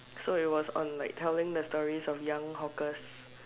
so it was on like telling the story of young hawkers